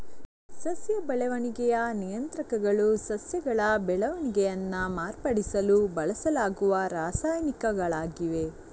ಸಸ್ಯ ಬೆಳವಣಿಗೆಯ ನಿಯಂತ್ರಕಗಳು ಸಸ್ಯಗಳ ಬೆಳವಣಿಗೆಯನ್ನ ಮಾರ್ಪಡಿಸಲು ಬಳಸಲಾಗುವ ರಾಸಾಯನಿಕಗಳಾಗಿವೆ